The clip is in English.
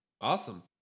Awesome